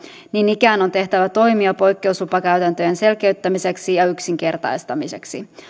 niin ikään on tehtävä toimia poikkeuslupakäytäntöjen selkeyttämiseksi ja yksinkertaistamiseksi